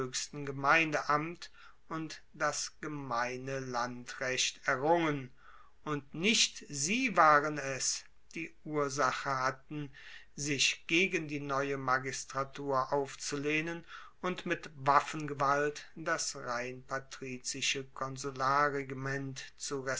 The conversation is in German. gemeindeamt und das gemeine landrecht errungen und nicht sie waren es die ursache hatten sich gegen die neue magistratur aufzulehnen und mit waffengewalt das rein patrizische konsularregiment